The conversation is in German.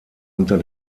unter